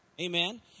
Amen